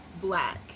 black